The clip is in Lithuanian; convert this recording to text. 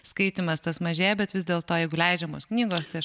skaitymas tas mažėja bet vis dėlto jeigu leidžiamos knygos tai aš